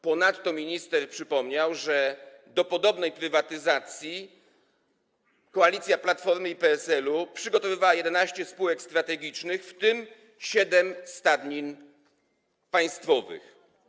Ponadto minister przypomniał, że do podobnej prywatyzacji koalicja Platformy i PSL-u przygotowywała 11 spółek strategicznych, w tym siedem stadnin państwowych.